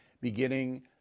beginning